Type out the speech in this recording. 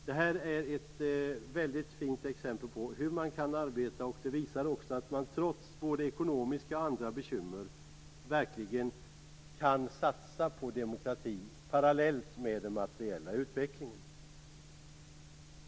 Detta är ett väldigt fint exempel på hur man kan arbeta. Det visar också att man trots både ekonomiska och andra bekymmer verkligen kan satsa på demokratin parallellt med den materiella utvecklingen.